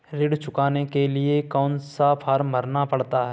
ऋण चुकाने के लिए कौन सा फॉर्म भरना पड़ता है?